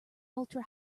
ultra